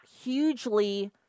hugely